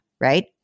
Right